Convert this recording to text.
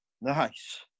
Nice